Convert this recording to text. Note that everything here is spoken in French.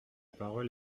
parole